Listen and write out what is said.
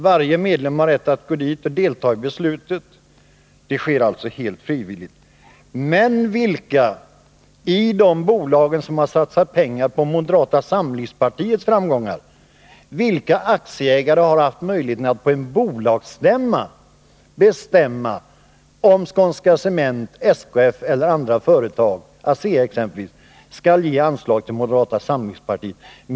Varje medlem har rätt att gå till mötena och delta i besluten. Dessa bidrag betalas alltså helt frivilligt. Men vilka aktieägare i de bolag som har satsat pengar på moderata samlingspartiets framgångar har haft möjlighet att på en bolagsstämma bestämma om Skånska Cement, SKF eller andra företag, exempelvis ASEA, skall ge anslag till moderata samlingspartiet?